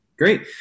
Great